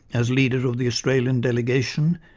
as leader of the australian delegation,